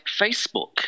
Facebook